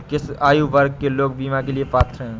किस आयु वर्ग के लोग बीमा के लिए पात्र हैं?